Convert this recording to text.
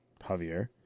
javier